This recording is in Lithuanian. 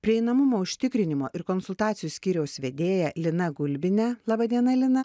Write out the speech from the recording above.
prieinamumo užtikrinimo ir konsultacijų skyriaus vedėja lina gulbine laba diena lina